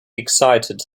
excited